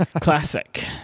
classic